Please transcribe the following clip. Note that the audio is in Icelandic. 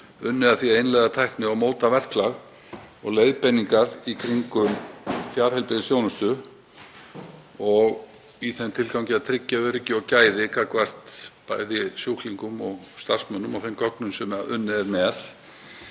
unnið að því að innleiða tækni og móta verklag og leiðbeiningar í kringum fjarheilbrigðisþjónustu í þeim tilgangi að tryggja öryggi og gæði gagnvart bæði sjúklingum og starfsmönnum og þeim gögnum sem unnið er með.